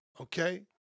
Okay